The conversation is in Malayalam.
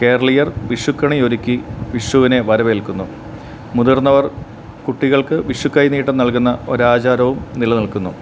കേരളീയർ വിഷുക്കണി ഒരുക്കി വിഷുവിനെ വരവേൽക്കുന്നു മുതിർന്നവർ കുട്ടികൾക്ക് വിഷുക്കൈനീട്ടം നൽകുന്ന ഒരു ആചാരവും നിലനിൽക്കുന്നു